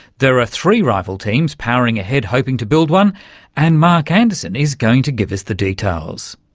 there are three rival teams powering ahead hoping to build one and mark anderson is going to give us the details.